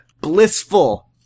Blissful